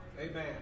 Amen